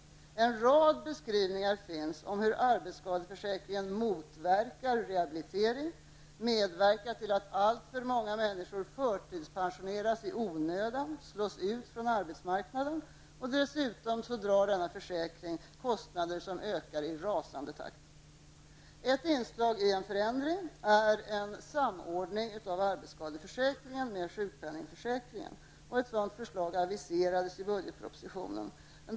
En rad beskrivningar finns om hur arbetsskadeförsäkringen motverkar rehabilitering, medverkar till att alltför många människor förtidspensioneras i onödan och slås ut från arbetsmarknaden. Dessutom drar den kostnader som ökar i rasande takt. Ett inslag i en förändring är en samordning av arbetsskadeförsäkringen med sjukpenningförsäkringen. Ett sådant förslag aviserades i budgetpropositionen.